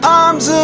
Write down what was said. arms